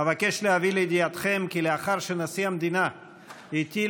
אבקש להביא לידיעתכם כי לאחר שנשיא המדינה הטיל